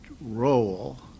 role